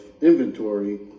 inventory